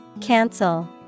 cancel